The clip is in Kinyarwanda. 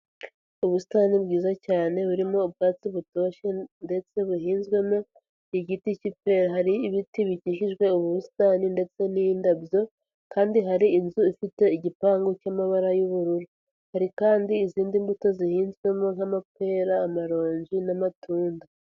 Ubusitani bwiza cyane burimo ubwato butoshye ndetse buhinzwemo igiti k'ipera, hari ibiti bikikijwe ubu busitani ndetse n'indabyo, kandi hari inzu ifite igipangu cy'amabara y'ubururu, hari kandi izindi mbuto zihinzwemo nk'amapera, amaronji n'amatunda.